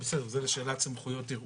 זו שאלת סמכויות ערעור.